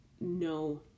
no